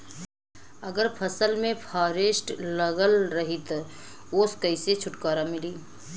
अगर फसल में फारेस्ट लगल रही त ओस कइसे छूटकारा मिली?